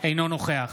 אינו נוכח